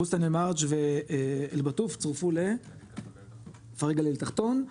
בוסתאן אל מרג' ואל-בטוף צורפו לגליל תחתון,